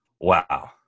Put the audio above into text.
Wow